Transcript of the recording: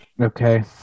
Okay